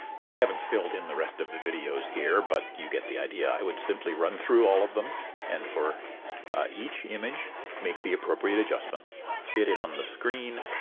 now i haven't filled in the rest of the videos here but you get the idea. i would simply run through all of them and for each image make the appropriate adjustments fit it on the screen,